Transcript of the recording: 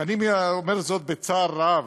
ואני אומר זאת בצער רב,